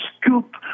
scoop